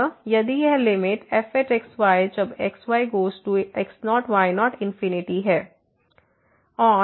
अतः यदि यह लिमिट fx y जब x y goes to x0 y0 infinity है